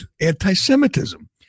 anti-Semitism